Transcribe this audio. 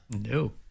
No